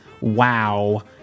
wow